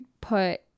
put